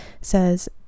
says